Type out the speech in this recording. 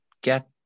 get